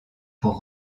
pour